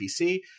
PC